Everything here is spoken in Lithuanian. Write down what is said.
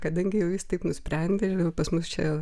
kadangi jau jis taip nusprendė pas mus čia